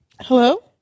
Hello